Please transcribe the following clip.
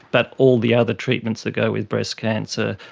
but all the other treatments that go with breast cancer,